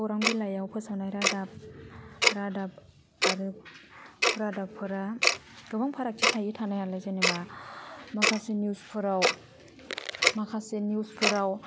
खौरां बिलाइयाव फोसावनाय रादाब रादाब आरो रादाबफोरा गोबां फारागथि थायो थानायालाइ जेनेबा माखासे निउसफोराव माखासे निउसफोराव